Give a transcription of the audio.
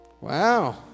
Wow